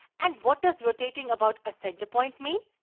and what does rotating about a center point mean?